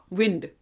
wind।